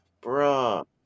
Bro